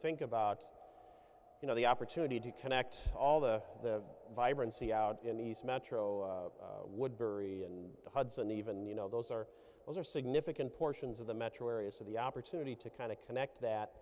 think about you know the opportunity to connect all the the vibrancy out in these metro woodbury and the hudson even you know those are those are significant portions of the metro areas of the opportunity to kind of connect that